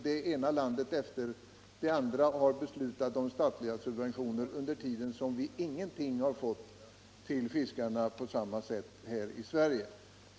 Det ena landet efter det andra har beslutat om statliga subventioner, medan det inte vidtagits några motsvarande åtgärder för fiskarna här i Sverige.